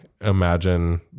imagine